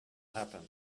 happen